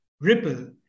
Ripple